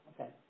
Okay